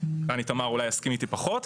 כאן איתמר אולי יסכים איתי פחות,